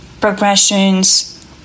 progressions